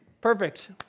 perfect